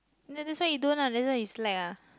that that's why you don't lah that's why you slack ah